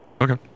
Okay